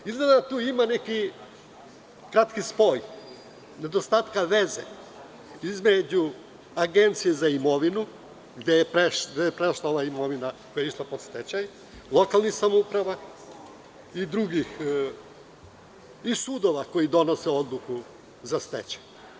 Izgleda da tu ima neki kratki spoj, nedostatka veze između Agencije za imovinu gde je prešla ova imovina koja je išla pod stečaj, lokalnih samouprava i sudova koji donose odluku za stečaj.